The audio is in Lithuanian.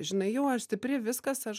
žinai jau aš stipri viskas aš